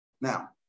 now